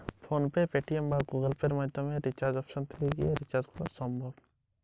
আমার post paid মোবাইলের bill কীভাবে অনলাইনে পে করতে পারি?